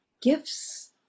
gifts